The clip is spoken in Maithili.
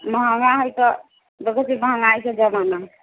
महंगा है तऽ देखै छियै महंगाईके जमाना